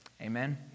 Amen